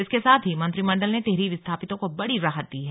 इसके साथ ही मंत्रिमंडल ने टिहरी विस्थापितों को बड़ी राहत दी है